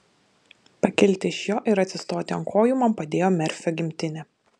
pakilti iš jo ir atsistoti ant kojų man padėjo merfio gimtinė